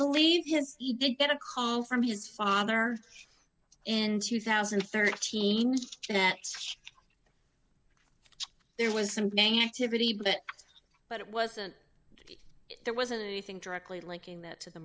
believe he has even got a call from his father in two thousand and thirteen was that there was some gang activity but but it wasn't there wasn't anything directly linking that to the